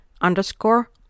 underscore